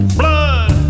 blood